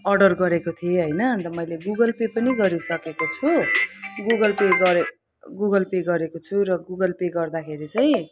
order गरेको थिएँ होइन अन्त मैले गुगल पे गरिसकेको छु गुगल पे गरे गुगल पे गरेको छु र गुगल पे गर्दाखेरि चाहिँ